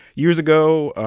years ago,